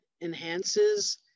enhances